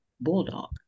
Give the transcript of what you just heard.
bulldog